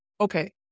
Okay